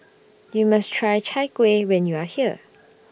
YOU must Try Chai Kueh when YOU Are here